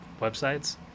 websites